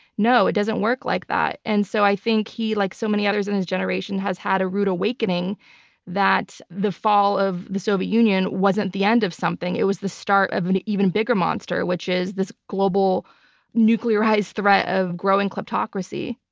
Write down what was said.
it doesn't work like that. and so i think he, like so many others in his generation, has had a rude awakening that the fall of the soviet union wasn't the end of something. it was the start of an even bigger monster, which is this global nuclearized threat of growing kleptocracy.